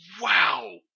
wow